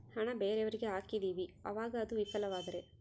ಹಣ ಬೇರೆಯವರಿಗೆ ಹಾಕಿದಿವಿ ಅವಾಗ ಅದು ವಿಫಲವಾದರೆ?